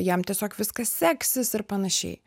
jam tiesiog viskas seksis ir panašiai